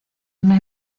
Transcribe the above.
una